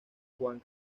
juan